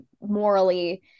morally